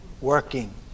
working